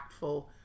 impactful